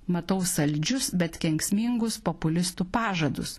matau saldžius bet kenksmingus populistų pažadus